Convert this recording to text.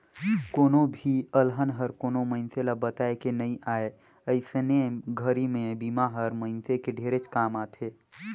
कोनो भी अलहन हर कोनो मइनसे ल बताए के नइ आए अइसने घरी मे बिमा हर मइनसे के ढेरेच काम आथे